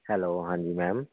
hello ਹਾਂਜੀ ma'am